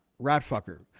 Ratfucker